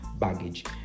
baggage